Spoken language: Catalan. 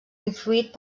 influït